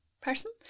person